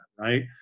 right